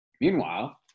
Meanwhile